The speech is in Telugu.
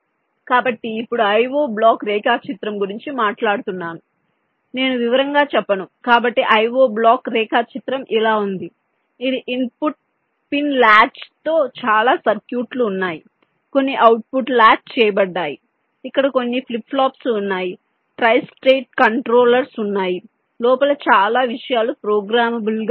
కాబట్టి ఇప్పుడు IO బ్లాక్ రేఖాచిత్రం గురించి మాట్లాడుతున్నాను నేను వివరంగా చెప్పను కాబట్టి IO బ్లాక్ రేఖాచిత్రం ఇలా ఉంది ఇది ఇన్పుట్ పిన్ లాచెడ్ తో చాలా సర్క్యూట్లు ఉన్నాయి కొన్ని అవుట్పుట్ లాచ్ చేయబడ్డాయి ఇక్కడ కొన్ని ఫ్లిప్ ఫ్లాప్స్ ఉన్నాయి ట్రై స్టేట్ కంట్రోలర్స్ ఉన్నాయి లోపల చాలా విషయాలు ప్రోగ్రామబుల్ గా వున్నాయి